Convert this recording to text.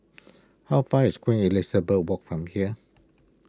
How far is Queen Elizabeth Walk from here